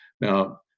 Now